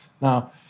Now